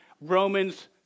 Romans